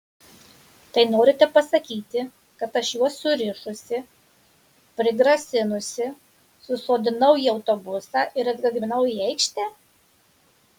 tai norite pasakyti kad aš juos surišusi prigrasinusi susodinau į autobusą ir atgabenau į aikštę